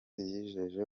yijeje